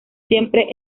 siempre